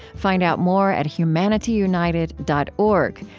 find out more at humanityunited dot org,